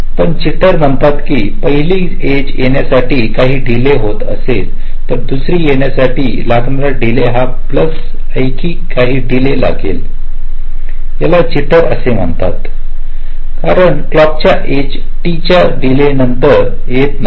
पण जिटर म्हणत की पहली एज येण्यासाठी काही डीले होत असेल तर दुसरी येण्यासाठी लागणारा डीले हा हा प्लस आणखी काही डीले लागेल याला जिटर असे म्हणतात कारण क्लॉकच्या एज T च्या डीलेनंतर येत नाहीत